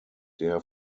der